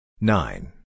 Nine